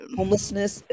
homelessness